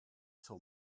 till